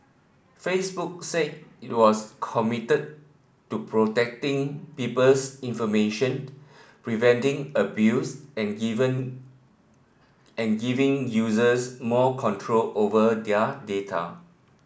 Facebook said it was committed to protecting people's information preventing abuse and even and giving users more control over their data